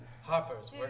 Harpers